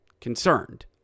concerned